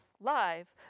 live